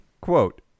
Quote